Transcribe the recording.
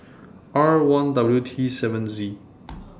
R one W T seven E